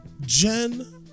Jen